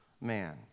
man